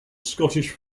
scottish